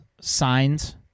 signs